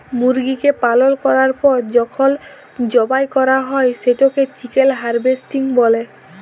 মুরগিকে পালল ক্যরার পর যখল জবাই ক্যরা হ্যয় সেটকে চিকেল হার্ভেস্টিং ব্যলে